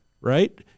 right